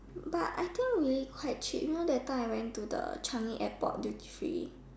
but I think really quite cheap you know that time I went to the Changi airport due three